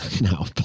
no